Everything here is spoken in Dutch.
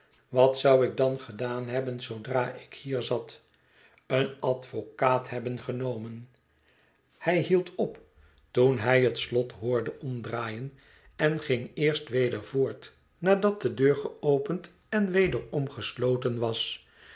wat zou ik dan gedaan hebben zeer oude kennissen zoodra ik hier zat een advocaat hebben genomen hij hield op toen hij het slot hoorde omdraaien en ging eerst weder voort nadat de deur geopend en wederom gesloten was